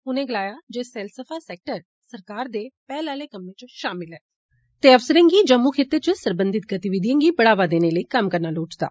उनें गलाया जे सैलसफा सैक्टर सरकार दे पैहले आले कम्मै च शामल ऐ ते अफसरें गी जम्मू खित्ते च सरबंधी गतिविधियें गी बढ़ावा देने लेई कम्म करना लोड़चदा